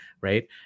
right